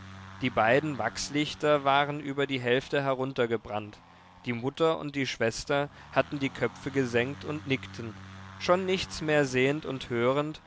die beiden wachslichter waren über die hälfte heruntergebrannt die mutter und die schwester hatten die köpfe gesenkt und nickten schon nichts mehr sehend und hörend